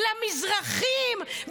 מזרחים,